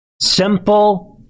Simple